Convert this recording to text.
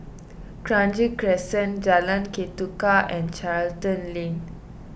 Kranji Crescent Jalan Ketuka and Charlton Lane